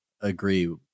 agree